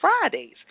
Fridays